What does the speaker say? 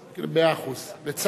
זאת אומרת, הם לא רוצים שלום, לפי דעתך?